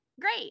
great